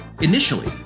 Initially